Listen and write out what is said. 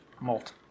malt